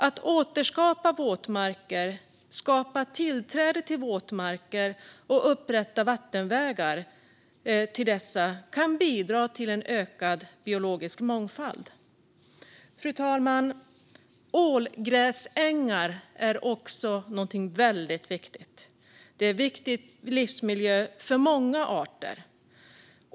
Att återskapa våtmarker, skapa tillträde till våtmarker och upprätta vattenvägar till dessa kan bidra till en ökad biologisk mångfald. Fru talman! Ålgräsängar är också något väldigt viktigt. Det är en viktig livsmiljö för många arter.